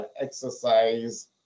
exercise